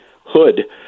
hood